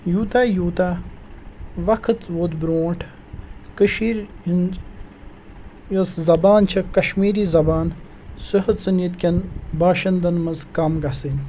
یوٗتاہ یوٗتاہ وقت ووت برٛونٛٹھ کٔشیٖرِ ہِنٛد یۄس زبان چھےٚ کشمیٖری زبان سُہ ہیٚژن ییٚتکٮ۪ن باشنٛد منٛز کم گژھٕنۍ